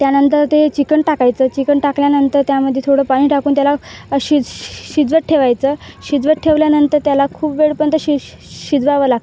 त्यानंतर ते चिकन टाकायचं चिकन टाकल्यानंतर त्यामध्ये थोडं पाणी टाकून त्याला शिज शिजवत ठेवायचं शिजवत ठेवल्यानंतर त्याला खूप वेळपर्यंत शि शिजवावं लागतं